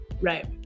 Right